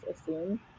assume